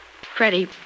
Freddie